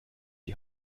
die